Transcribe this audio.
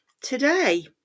today